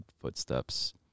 footsteps